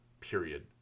period